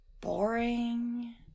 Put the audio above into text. boring